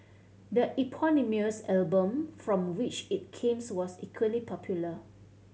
the eponymous album from which it came was equally popular